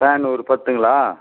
fan ஒரு பத்துங்களா